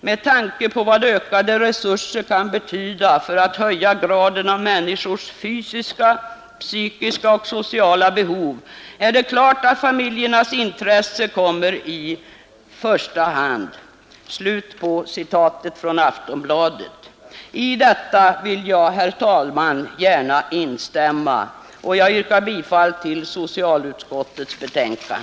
Med tanke på vad ökade resurser kan betyda för att höja graden av människors fysiska, psykiska och sociala behov är det klart att familjernas intresse kommer i första hand.” I detta vill jag gärna instämma. Herr talman! Jag yrkar bifall till socialutskottets hemställan.